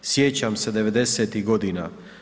Sjećam se 90-ih godina.